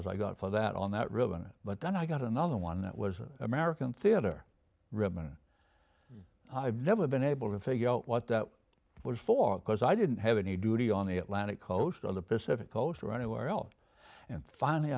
stars i got for that on that ribbon but then i got another one that was an american theater ribbon i've never been able to figure out what that was for because i didn't have any duty on the atlantic coast or the pacific coast or anywhere else and finally